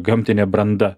gamtinė branda